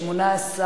18,